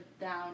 down